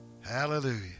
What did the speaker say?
hallelujah